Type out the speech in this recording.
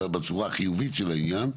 בצורה החיובית של העניין,